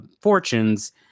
fortunes